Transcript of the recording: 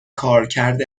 کارکرد